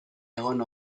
egon